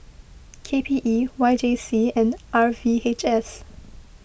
K P E Y J C and R V H S